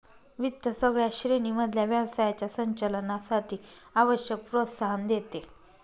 वित्त सगळ्या श्रेणी मधल्या व्यवसायाच्या संचालनासाठी आवश्यक प्रोत्साहन देते